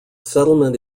settlement